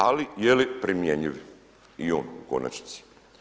Ali je li primjenjiv i on u konačnici?